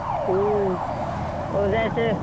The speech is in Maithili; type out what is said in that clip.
हँ ओ जाइत छै